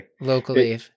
locally